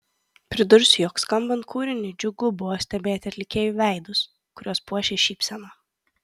pridursiu jog skambant kūriniui džiugu buvo stebėti atlikėjų veidus kuriuos puošė šypsena